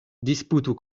disputu